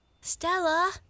Stella